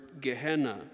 Gehenna